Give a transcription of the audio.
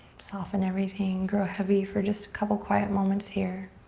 soften everything. grow heavy for just a couple of quiet moments here.